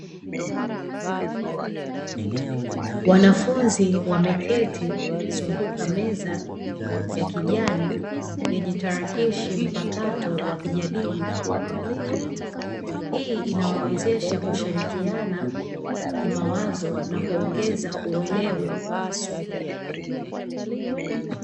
Wanafunzi wameketi wakizunguka meza ya kijani yenye tarakishi mpakato wakijadili kwa pamoja. Hii inawawezesha kushirikiana kimawazo na kuongeza uelewa wa masomo.